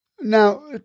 Now